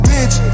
Bitch